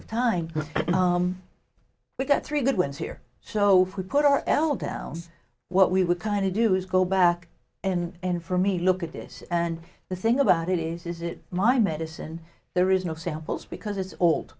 of time we've got three good wins here so if we put our l down what we would kind of do is go back and for me look at this and the thing about it is is it my medicine there is no samples because it's